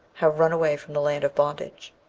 have run away from the land of bondage.